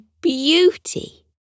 beauty